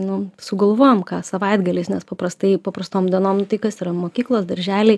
nu sugalvojam ką savaitgaliais nes paprastai paprastom dienom nu tai kas yra mokyklos darželiai